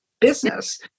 business